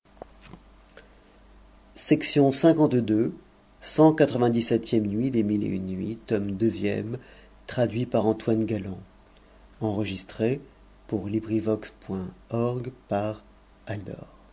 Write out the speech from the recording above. nuit par des